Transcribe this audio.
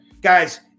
Guys